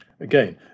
Again